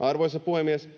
Arvoisa puhemies!